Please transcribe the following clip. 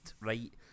right